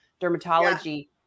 dermatology